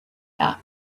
our